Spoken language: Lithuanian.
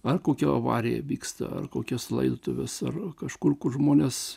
ar kokia avarija vyksta ar kokios laidotuvės ar kažkur kur žmonės